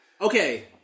okay